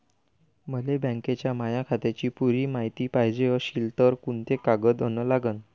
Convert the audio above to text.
मले बँकेच्या माया खात्याची पुरी मायती पायजे अशील तर कुंते कागद अन लागन?